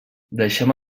deixem